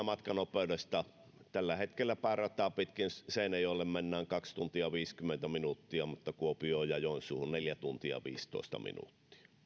matkanopeudesta tällä hetkellä päärataa pitkin seinäjoelle mennään kaksi tuntia viisikymmentä minuuttia mutta kuopioon ja joensuuhun neljä tuntia viisitoista minuuttia